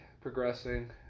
progressing